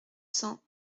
cents